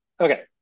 Okay